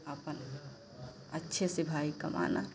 अपना अच्छे से भाई कमाना